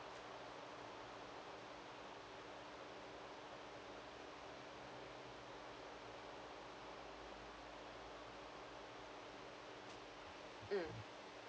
mm